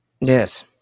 Yes